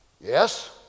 yes